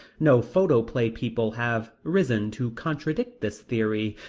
no photoplay people have risen to contradict this theory,